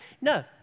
No